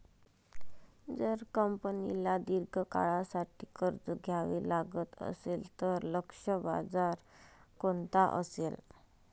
जर कंपनीला दीर्घ काळासाठी कर्ज घ्यावे लागत असेल, तर लक्ष्य बाजार कोणता असेल?